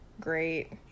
great